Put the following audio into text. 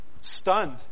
stunned